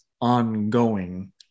ongoing